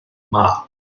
yma